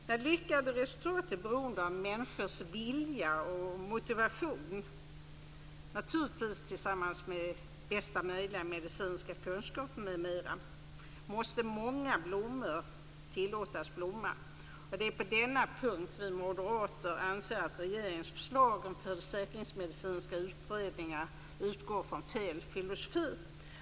När lyckade resultat är beroende av människors vilja och motivation - naturligtvis tillsammans med bästa möjliga kunskaper m.m. - måste många blommor tillåtas blomma. Det är på denna punkt vi moderater anser att regeringens förslag om försäkringsmedicinska utredningar utgår från fel filosofi.